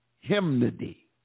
hymnody